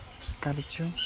କାର୍ଯ୍ୟ